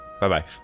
Bye-bye